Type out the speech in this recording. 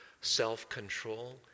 self-control